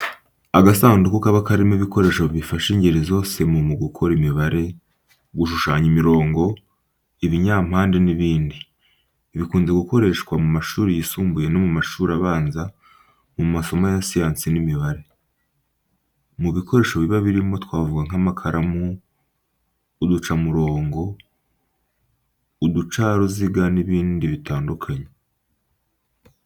Agasanduku kaba karimo ibikoresho bifasha ingeri zose mu gukora imibare, gushushanya imirongo, ibinyampande n’ibindi. Bikunze gukoreshwa mu mashuri yisumbuye no mu mashuri abanza mu masomo ya siyansi n'imibare. Mu bikoresho biba birimo twavuga nk’amakaramu, uducamurongo, uducaruziga n’ibindi bitandukanye.